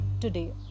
today